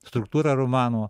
struktūrą romano